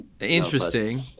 Interesting